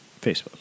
facebook